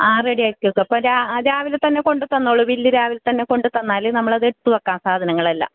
ആ റെഡി ആക്കി വെക്കാം പ്പ രാ രാവിലെ തന്നെ കൊണ്ട് തന്നോളു ബില്ല് രാവിലെ തന്നെ കൊണ്ട് തന്നാൽ നമ്മളത് എടുത്ത് വെക്കാം സാധനങ്ങളെല്ലാം